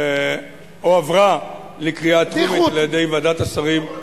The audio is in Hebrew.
הזאת הועברה לקריאה טרומית על-ידי ועדת השרים לחקיקה.